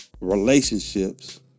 relationships